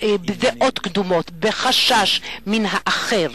בדעות קדומות, בחשש מן האחר.